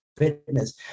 fitness